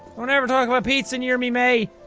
don't ever talk about pizza near me, mae.